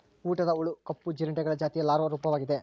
ಊಟದ ಹುಳು ಕಪ್ಪು ಜೀರುಂಡೆಗಳ ಜಾತಿಯ ಲಾರ್ವಾ ರೂಪವಾಗಿದೆ